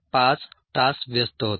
5 तास व्यस्त होता